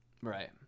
right